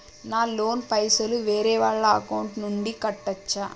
నా లోన్ పైసలు వేరే వాళ్ల అకౌంట్ నుండి కట్టచ్చా?